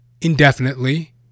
indefinitely